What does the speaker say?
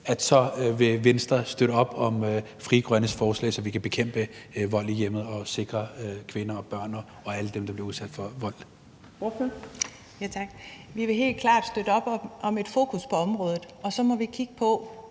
så vil Venstre støtte op om Frie Grønnes forslag, så vi kan bekæmpe vold i hjemmet og sikre kvinder og børn og alle dem, der bliver udsat for vold. Kl. 21:05 Fjerde næstformand (Trine Torp): Ordføreren.